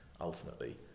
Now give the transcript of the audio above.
ultimately